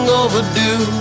overdue